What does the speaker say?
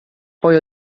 poi